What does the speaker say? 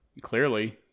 Clearly